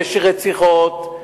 יש רציחות,